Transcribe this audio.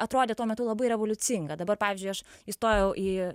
atrodė tuo metu labai revoliucinga dabar pavyzdžiui aš įstojau į